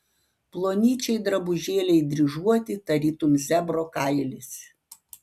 plonyčiai drabužėliai dryžuoti tarytum zebro kailis